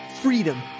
freedom